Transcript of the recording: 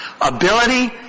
ability